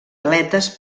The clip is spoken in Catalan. aletes